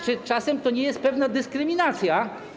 Czy czasem to nie jest pewna dyskryminacja?